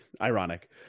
ironic